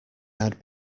had